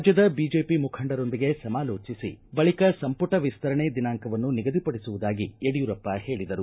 ರಾಜ್ಯದ ಬಿಜೆಪಿ ಮುಖಂಡರೊಂದಿಗೆ ಸಮಾಲೋಚಿಸಿ ಬಳಿಕ ಸಂಮಟ ವಿಸ್ತರಣೆ ದಿನಾಂಕವನ್ನು ನಿಗದಿಪಡಿಸುವುದಾಗಿ ಯಡಿಯೂರಪ್ಪ ಹೇಳಿದರು